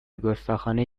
گستاخانهی